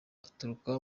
aturuka